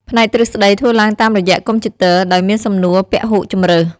ផ្នែកទ្រឹស្តីធ្វើឡើងតាមរយៈកុំព្យូទ័រ ដោយមានសំណួរពហុជម្រើស។